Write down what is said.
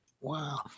Wow